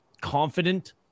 confident